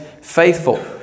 faithful